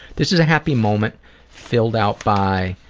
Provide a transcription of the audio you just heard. this is a happy moment filled out by